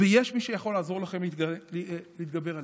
ויש מי שיכול לעזור לכם להתגבר עליה.